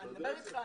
אני מדבר על